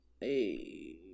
Hey